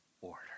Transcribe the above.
order